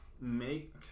make